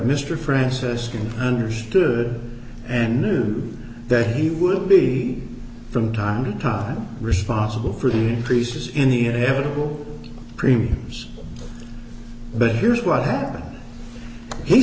mr francis understood and knew that he would be from time to time responsible for the creases in the inevitable premiums but here's what happened he